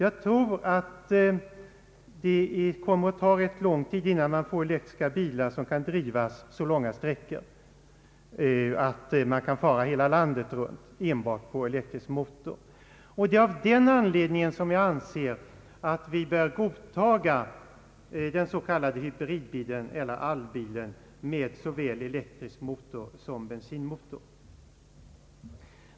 Jag tror att det kommer att ta rätt lång tid innan man kan få elektriska bilar, som kan drivas så långa sträckor att man kan fara runt hela landet enbart på elektrisk motor. Av denna anledning anser jag att vi bör godta den s.k. hybridbilen eller allbilen med såväl elektrisk motor som bensinmotor.